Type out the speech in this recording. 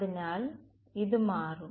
അതിനാൽ ഇത് മാറും